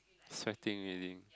sweating really